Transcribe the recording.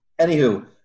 Anywho